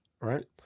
Right